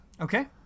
okay